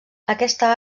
aquesta